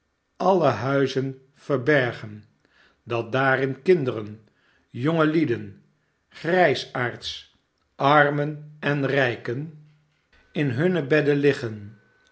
alle huizen verbergen dat daarin kinderen jonge lieden grijsaards armen en rijken in hunne bedden